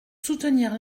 soutenir